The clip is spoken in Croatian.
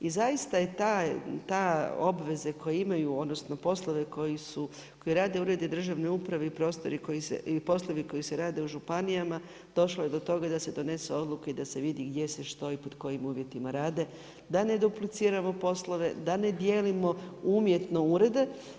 I zaista je ta obveze koje imaju, odnosno poslove koji rade uredi državne uprave ili poslovi koji se rade u županijama, došlo je do toga da se donesu odluke i da se vidi gdje se što i pod kojim uvjetima rade, da ne dupliciramo poslove, da ne dijelimo umjetno urede.